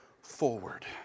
forward